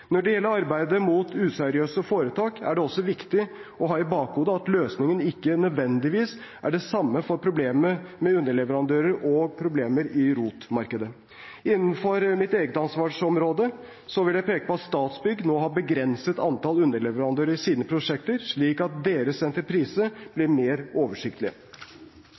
Når det gjelder arbeidet mot useriøse foretak, er det også viktig å ha i bakhodet at løsningen ikke nødvendigvis er det samme for problemet med underleverandører og problemer i ROT-markedet. Innenfor mitt eget ansvarsområde vil jeg peke på at Statsbygg nå har begrenset antall underleverandører i sine prosjekter, slik at deres entrepriser blir mer oversiktlige.